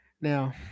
Now